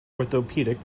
orthopaedic